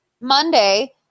Monday